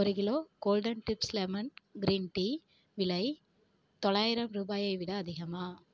ஒரு kilo golden tips lemon green tea விலை தொள்ளாயிரம் ரூபாயை விட அதிகமா